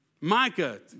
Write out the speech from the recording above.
Micah